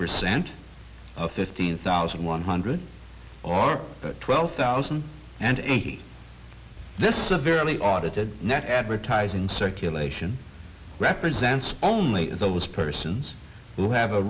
percent fifteen thousand one hundred or twelve thousand and eighty this is a very early audited net advertising circulation represents only those persons who have a